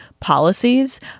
policies